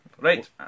right